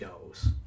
goals